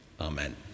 Amen